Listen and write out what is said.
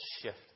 shift